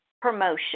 promotion